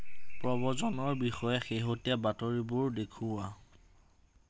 প্ৰব্ৰজনৰ বিষয়ে শেহতীয়া বাতৰিবোৰ দেখুওৱা